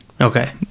Okay